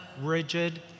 rigid